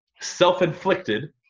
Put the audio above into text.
self-inflicted